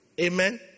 Amen